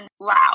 loud